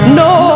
no